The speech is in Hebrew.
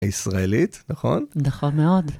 ‫הישראלית, נכון? ‫-נכון מאוד.